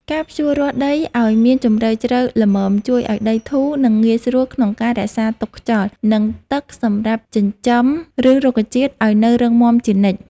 ការភ្ជួររាស់ដីឱ្យមានជម្រៅជ្រៅល្មមជួយឱ្យដីធូរ និងងាយស្រួលក្នុងការរក្សាទុកខ្យល់ និងទឹកសម្រាប់ចិញ្ចឹមឫសរុក្ខជាតិឱ្យរឹងមាំជានិច្ច។